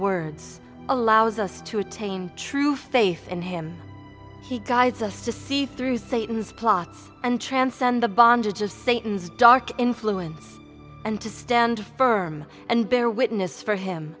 words allows us to attain true faith in him he guides us to see through satan's plots and transcend the bondage of satan's dark influence and to stand firm and bear witness for him